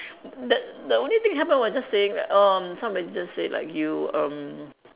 that the only thing happen was just saying that erm somebody just say like you erm